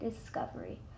discovery